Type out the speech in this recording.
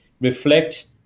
reflect